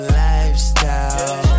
lifestyle